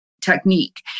technique